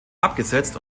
abgesetzt